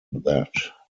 that